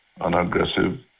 unaggressive